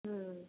ம்